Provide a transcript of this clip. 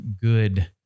good